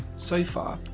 so far,